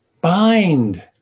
bind